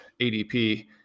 adp